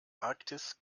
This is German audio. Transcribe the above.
arktis